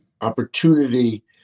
opportunity